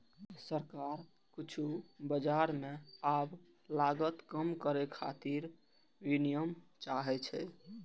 सरकार किछु बाजार मे आब लागत कम करै खातिर विनियम चाहै छै